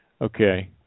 Okay